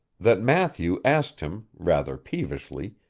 that matthew asked him, rather peevishly,